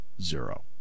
zero